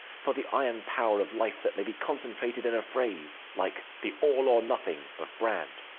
for the iron power of life that may be concentrated in a phrase like the all or nothing of brand.